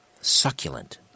succulent